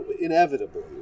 Inevitably